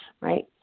right